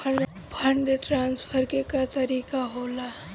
Fund transfer के का तरीका होला?